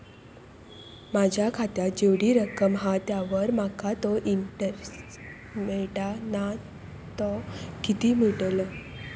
माझ्या खात्यात जेवढी रक्कम हा त्यावर माका तो इंटरेस्ट मिळता ना तो किती मिळतलो?